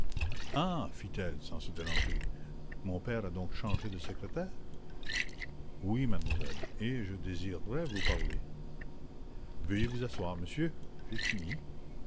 ah fit-elle sans se déranger oui et je désirerais vous parler mademoiselle veuillez vous asseoir monsieur j'ai fini